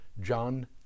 John